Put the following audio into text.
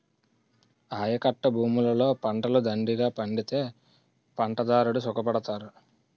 ఆయకట్టభూములలో పంటలు దండిగా పండితే పంటదారుడు సుఖపడతారు